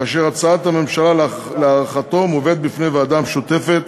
כאשר הצעת הממשלה להארכתו מובאת בפני ועדה משותפת